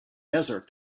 desert